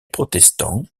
protestants